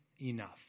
enough